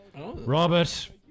Robert